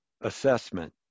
assessment